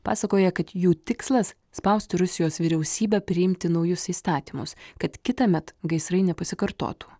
pasakoja kad jų tikslas spausti rusijos vyriausybę priimti naujus įstatymus kad kitąmet gaisrai nepasikartotų